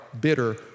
bitter